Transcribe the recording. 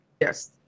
Yes